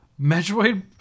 Metroid